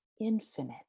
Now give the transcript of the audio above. infinite